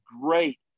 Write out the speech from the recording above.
great